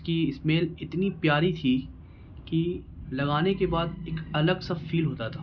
اس کی اسمیل اتنی پیاری تھی کہ لگانے کے بعد ایک الگ سا فیل ہوتا تھا